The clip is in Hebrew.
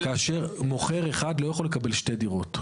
כאשר מוכר אחד לא יכול לקבל שתי דירות.